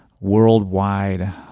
worldwide